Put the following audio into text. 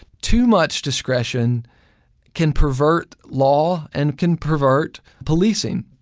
too much discretion can pervert law and can pervert policing.